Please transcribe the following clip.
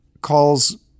calls